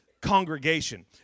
congregation